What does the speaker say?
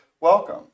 welcome